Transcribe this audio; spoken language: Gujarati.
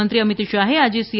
ગૃહમંત્રી અમિત શાહે આજે સી